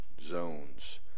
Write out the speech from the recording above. zones